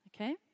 okay